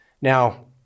Now